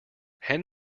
hand